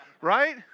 right